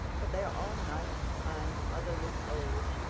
but they are all nice, kind, motherly souls,